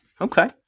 okay